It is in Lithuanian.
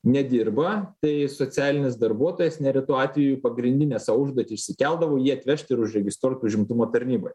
nedirba tai socialinis darbuotojas neretu atveju pagrindinę savo užduotį išsikeldavo jį atvežti ir užregistruot užimtumo tarnyboj